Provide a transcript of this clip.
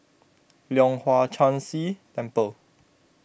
Leong Hwa Chan Si Temple